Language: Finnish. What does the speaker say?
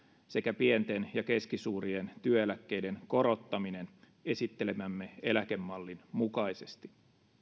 sekä pienten ja keskisuurien työeläkkeiden korottaminen esittelemämme eläkemallin mukaisesti